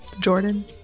Jordan